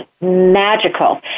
magical